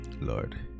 lord